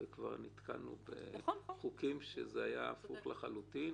וכבר נתקלנו בחוקים שזה היה הפוך לחלוטין.